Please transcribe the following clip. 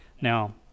Now